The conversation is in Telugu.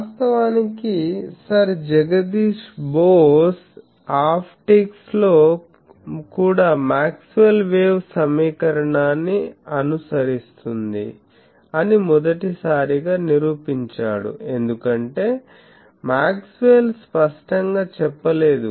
వాస్తవానికి సర్ జగదీష్ బోస్ ఆప్టిక్స్ లో కూడా మాక్స్వెల్ వేవ్ సమీకరణాన్ని అనుసరిస్తుంది అని మొదటిసారిగా నిరూపించాడు ఎందుకంటే మాక్స్వెల్ స్పష్టంగా చెప్పలేదు